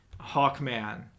Hawkman